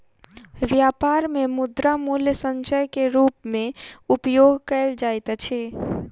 व्यापार मे मुद्रा मूल्य संचय के रूप मे उपयोग कयल जाइत अछि